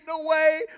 away